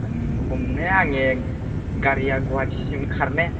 आं हमनाया आंनेिया गारिया गुवाहाटिसिम खारनाय